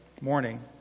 morning